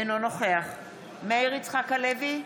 אינו נוכח מאיר יצחק הלוי,